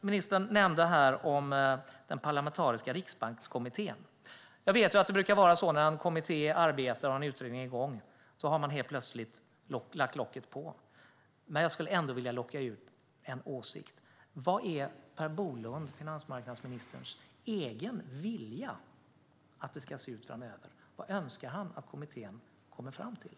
Ministern nämnde den parlamentariska Riksbankskommittén. Jag vet att det när en kommitté arbetar och har en utredning igång brukar vara så att man plötsligt har lagt locket på. Men jag skulle ändå vilja locka ut en åsikt. Vad är finansmarknadsminister Per Bolunds egen vilja när det gäller hur det ska se ut framöver? Vad önskar han att kommittén kommer fram till?